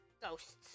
Ghosts